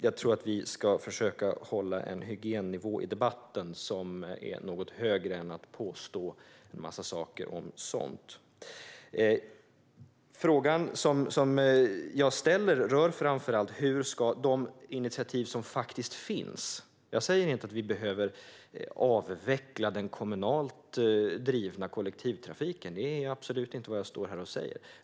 Jag tror att vi ska försöka hålla en något högre hygiennivå i debatten än att påstå en massa saker om sådant. Min fråga rör framför allt de initiativ som faktiskt finns. Jag säger absolut inte att vi behöver avveckla den kommunalt drivna kollektivtrafiken.